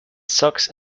socks